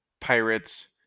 pirates